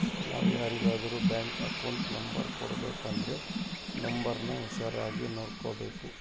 ನಾವು ಯಾರಿಗಾದ್ರೂ bank account number ಕೊಡಬೇಕಂದ್ರ ನೋಂಬರ್ನ ಹುಷಾರಾಗಿ ನೋಡ್ಬೇಕು